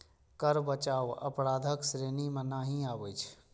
कर बचाव अपराधक श्रेणी मे नहि आबै छै